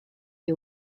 est